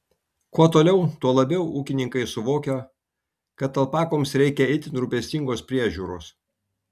kuo toliau tuo labiau ūkininkai suvokia kad alpakoms reikia itin rūpestingos priežiūros